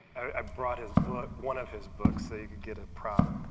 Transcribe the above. i brought his book, one of his books so you could get a prop,